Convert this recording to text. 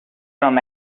from